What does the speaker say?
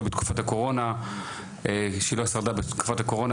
בתקופת הקורונה שהיא לא שרדה בתקופת הקורונה,